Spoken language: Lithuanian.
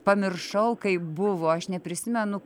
pamiršau kaip buvo aš neprisimenu